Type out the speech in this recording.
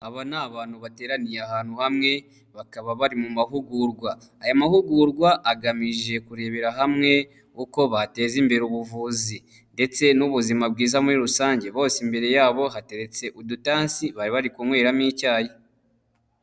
Aba ni abantu bateraniye ahantu hamwe, bakaba bari mu mahugurwa, aya mahugurwa agamije kurebera hamwe uko bateza imbere ubuvuzi ndetse n'ubuzima bwiza muri rusange bose imbere yabo hateretse udutansi bari bari kunyweramo icyayi.